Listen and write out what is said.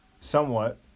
Somewhat